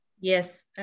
Yes